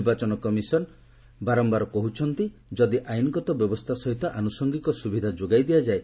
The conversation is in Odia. ନିର୍ବାଚନ କମିଶନ ବାରମ୍ଭାର କହି ଆସୁଛନ୍ତି ଯଦି ଆଇନଗତ ବ୍ୟବସ୍ଥା ସହିତ ଆନୁସଙ୍ଗିକ ସୁବିଧା ଯୋଗାଇ ଦିଆଯାଏ